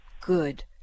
Good